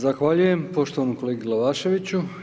Zahvaljujem poštovanom kolegi Glavaševiću.